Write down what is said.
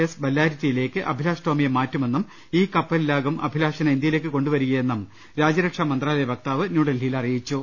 S ബല്ലാരിറ്റിയിലേക്ക് അഭിലാഷ് ടോമിയെ മാറ്റുമെന്നും ഈ കപ്പലിലാകും അഭി ലാഷിനെ ഇന്ത്യയിലേക്ക് കൊണ്ട് വരികയെന്നും രാജ്യരക്ഷാ മന്ത്രാലയ വ ക്താവ് ന്യൂഡൽഹിയിൽ അറിയിച്ചു